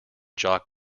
jock